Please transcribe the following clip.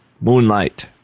moonlight